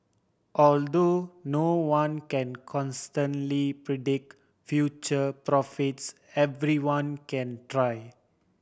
although no one can consistently predict future profits everyone can try